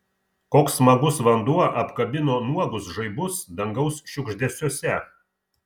koks smagus vanduo apkabino nuogus žaibus dangaus šiugždesiuose